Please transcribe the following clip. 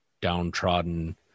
downtrodden